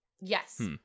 Yes